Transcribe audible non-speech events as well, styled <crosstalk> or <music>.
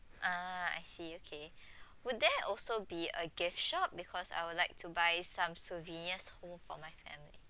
ah I see okay <breath> would there also be a gift shop because I would like to buy some souvenirs home for my family